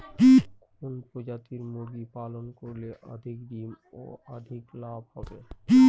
কোন প্রজাতির মুরগি পালন করলে অধিক ডিম ও অধিক লাভ হবে?